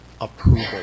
approval